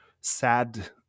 sad